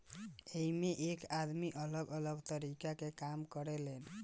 एइमें एक आदमी अलग अलग तरीका के काम करें लेन